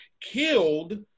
killed